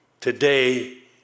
Today